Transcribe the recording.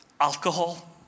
Alcohol